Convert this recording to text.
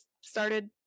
started